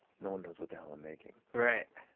no one knows what the hell i'm making. right.